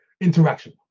interaction